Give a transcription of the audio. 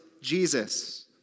Jesus